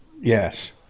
Yes